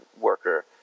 worker